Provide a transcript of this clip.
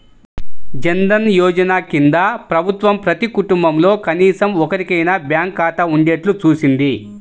జన్ ధన్ యోజన కింద ప్రభుత్వం ప్రతి కుటుంబంలో కనీసం ఒక్కరికైనా బ్యాంకు ఖాతా ఉండేట్టు చూసింది